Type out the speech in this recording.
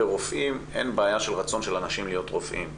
ברופאים אין בעיה של רצון של אנשים להיות רופאים.